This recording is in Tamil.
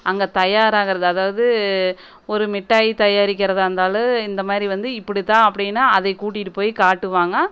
அங்கே தயாராகிறது அதாவது ஒரு மிட்டாய் தயாரிக்கிறதாக இருந்தாலும் இந்த மாதிரி வந்து இப்படி தான் அப்படினு அதை கூட்டிகிட்டு போய் காட்டுவாங்க